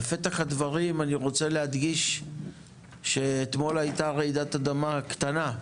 בפתח הדברים אני רוצה להדגיש שאתמול הייתה רעידת אדמה קטנה,